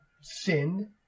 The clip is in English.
sinned